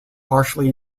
partially